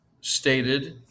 stated